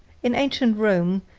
in ancient rome,